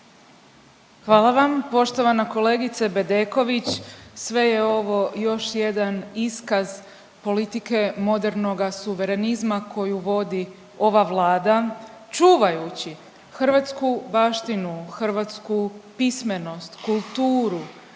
Hvala vam. Poštovana kolegice Bedeković, sve je ovo još jedan iskaz politike modernoga suverenizma koju vodi ova Vlada, čuvajući hrvatsku baštinu, hrvatsku pismenost, kulturu,